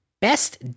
Best